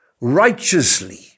righteously